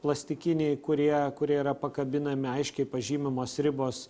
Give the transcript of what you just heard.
plastikiniai kurie kurie yra pakabinami aiškiai pažymimos ribos